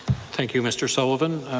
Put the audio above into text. thank you, mr. sullivan.